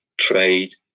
trade